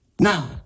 Now